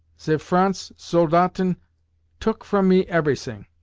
ze frans soldaten took from me everysing.